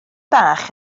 bach